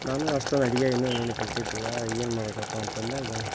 ನಾನೂ ಅಷ್ಟ್ರಲ್ಲಿ ಅಡುಗೆ ಇನ್ನೂ ಏನು ಕಲಿತಿದ್ದಿಲ್ಲ ಏನು ಮಾಡುವುದಪ್ಪ ಅಂತಂದಾಗ